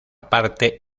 parte